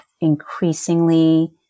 increasingly